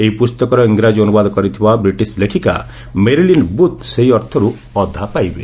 ଏହି ପୁସ୍ତକର ଇଂରାଜୀ ଅନୁବାଦ କରିଥିବା ବ୍ରିଟିଶ ଲେଖିକା ମେରିଲିନ୍ ବୁଥ୍ ସେହି ଅର୍ଥରୁ ଅଧେ ପାଇବେ